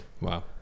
Wow